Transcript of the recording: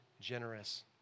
generous